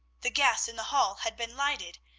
the gas in the hall had been lighted,